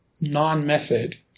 non-method